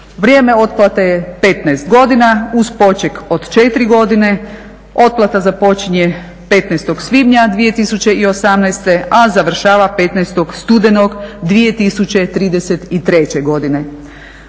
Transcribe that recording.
Vrijeme otplate je 15 godina uz poček od 4 godine, otplata započinje 15. svibnja 2018. a završava 15. studenog 2033. godine.